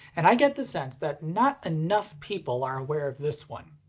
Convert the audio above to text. and i get the sense that not enough people are aware of this one.